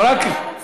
מוצמד.